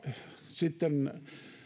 sitten